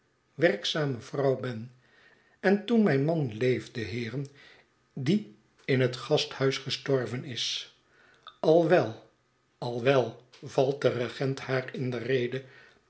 werkzame vrouw ben en toen mijn man leefde heeren die in het gasthuis gestorven is a wel al wel valt de regent haar in de rede